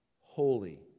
holy